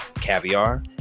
Caviar